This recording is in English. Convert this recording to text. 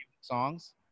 Songs